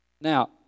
Now